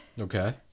Okay